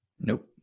Nope